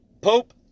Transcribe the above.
Pope